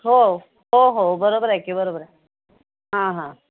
हो हो हो बरोबर आहे की बरोबर आहे हां हां